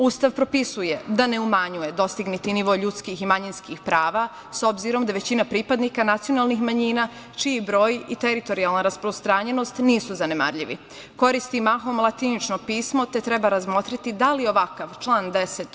Ustav propisuje da ne umanjuje dostignuti nivo ljudskih i manjinskih prava, s obzirom da većina pripadnika nacionalnih manjina, čiji broj i teritorijalna rasprostranjenost nisu zanemarljivi, koristi mahom latinično pismo, te treba razmotriti da li ovakav član 10.